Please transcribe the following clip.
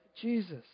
Jesus